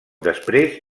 després